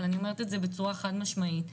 אבל אני אומרת את זה בצורה חד משמעית.